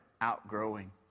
outgrowing